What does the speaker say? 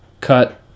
cut